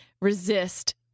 resist